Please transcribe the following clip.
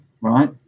right